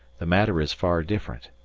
the matter is far different.